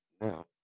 now